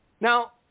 Now